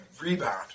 rebound